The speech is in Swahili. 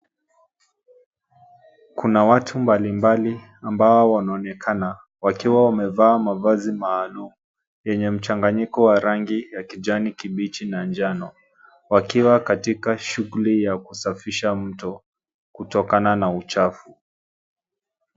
Kuna watu mbali mbali ambao wanaonekana wakiwa wamevaa mavazi maalum enye mchanganyiko wa rangi ya kijani kibichi na njano wakiwa katika shughuli ya kusafisha mto kutokana na uchafu.